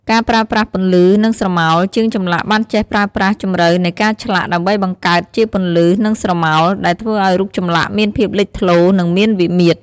ការប្រើប្រាស់ពន្លឺ និងស្រមោល ជាងចម្លាក់បានចេះប្រើប្រាស់ជម្រៅនៃការឆ្លាក់ ដើម្បីបង្កើតជាពន្លឺ និងស្រមោល ដែលធ្វើឱ្យរូបចម្លាក់មានភាពលេចធ្លោរ និងមានវិមាត្រ។